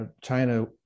China